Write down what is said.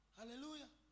Hallelujah